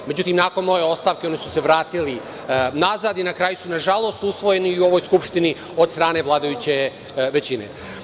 Međutim, nakon moje ostavke, oni su se vratili nazad i na kraju su, nažalost, usvojeni u ovoj Skupštini od strane vladajuće većine.